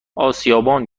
اسیابان